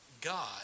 God